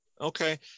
Okay